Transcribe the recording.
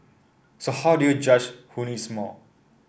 so how do you judge who needs more